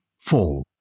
Fall